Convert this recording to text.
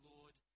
Lord